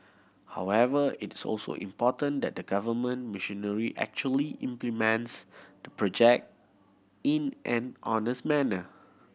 however it also important that the government machinery actually implements the project in an honest manner